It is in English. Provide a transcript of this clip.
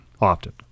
Often